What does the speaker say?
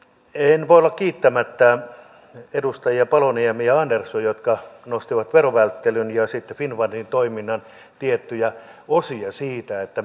en voi olla kiittämättä edustajia paloniemi ja andersson jotka nostivat verovälttelyn ja sitten finnfundin toiminnan tiettyjä osia siitä että